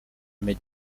mgr